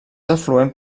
afluent